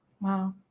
wow